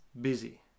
busy